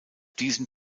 diesen